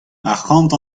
arcʼhant